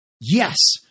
yes